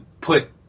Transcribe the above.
put